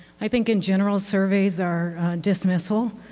i think in general, surveys are dismissal.